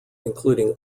including